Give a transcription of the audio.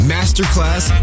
Masterclass